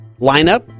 lineup